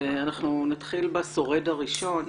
אנחנו נתחיל בשורד הראשון